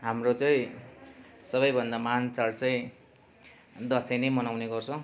हाम्रो चाहिँ सबैभन्दा महान् चाड चाहिँ दसैँ नै मनाउने गर्छौँ